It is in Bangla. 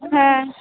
হ্যাঁ